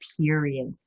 period